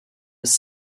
was